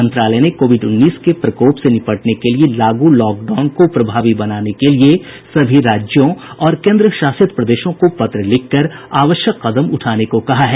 मंत्रालय ने कोविड उन्नीस के प्रकोप से निपटने के लिए लागू लॉकडाउन को प्रभावी बनाने के लिए सभी राज्यों और केंद्र शासित प्रदेशों को पत्र लिखकर आवश्यक कदम उठाने को कहा है